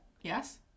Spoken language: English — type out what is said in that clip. Yes